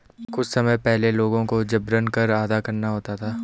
कुछ समय पहले लोगों को जबरन कर अदा करना होता था